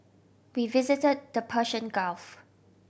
we visit the Persian Gulf